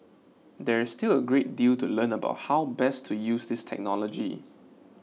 there is still a great deal to learn about how best to use this technology